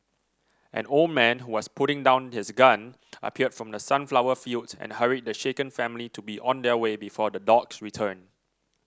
an old man who was putting down his gun appeared from the sunflower fields and hurried the shaken family to be on their way before the dogs return